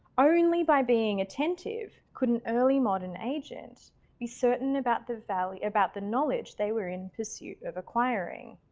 only by being attentive could an early modern agent be certain about the valley about the knowledge they were in pursuit of acquiring.